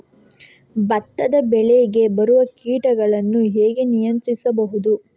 ಭತ್ತದ ಬೆಳೆಗೆ ಬರುವ ಕೀಟಗಳನ್ನು ಹೇಗೆ ನಿಯಂತ್ರಿಸಬಹುದು?